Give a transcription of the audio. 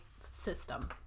system